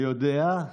אני יודע.